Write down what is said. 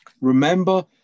Remember